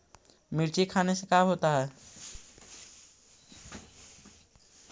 मिर्ची खाने से का होता है?